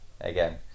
again